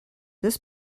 this